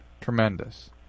Tremendous